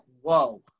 whoa